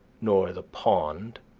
nor the pond,